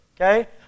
Okay